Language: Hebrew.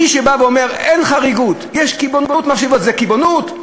מי שבא ואומר, אין חריגות, יש קיבעונות, קיבעונות?